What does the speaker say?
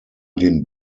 den